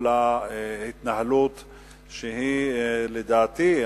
כל ההתנהלות שלדעתי,